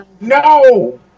No